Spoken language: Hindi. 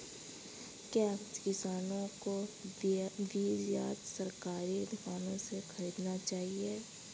क्या किसानों को बीज सरकारी दुकानों से खरीदना चाहिए?